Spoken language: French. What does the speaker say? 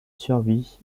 survit